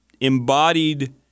embodied